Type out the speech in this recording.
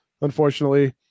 unfortunately